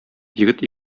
егет